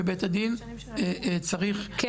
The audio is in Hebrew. ובית הדין צריך לעדכן אותי מה נעשה.